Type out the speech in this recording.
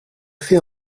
fait